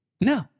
No